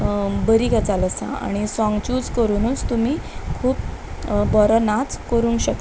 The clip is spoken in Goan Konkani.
बरी गजाल आसा आनी साँग चूज करुनूच तुमी खूब बरो नाच करूंक शकता